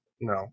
No